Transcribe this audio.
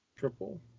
triple